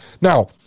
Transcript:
Now